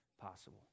possible